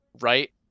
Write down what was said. right